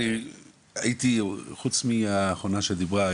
חוץ מהאחרונה שדיברה,